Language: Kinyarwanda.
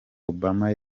obama